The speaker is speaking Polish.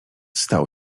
stał